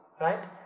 Right